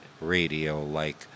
radio-like